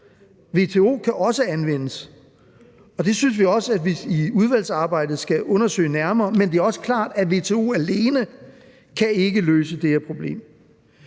WTO kan også anvendes, og det synes vi også at vi i udvalgsarbejdet skal undersøge nærmere, men det er også klart, at WTO alene ikke kan løse det her problem.